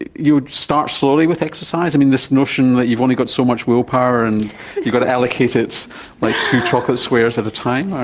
you would start slowly with exercise? i mean, this notion that you've only got so much willpower and you've got to allocate it like two chocolate squares at a time, bronwyn